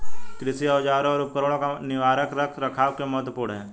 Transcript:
कृषि औजारों और उपकरणों का निवारक रख रखाव क्यों महत्वपूर्ण है?